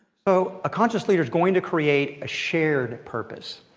so a conscious leader is going to create a shared purpose.